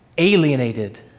alienated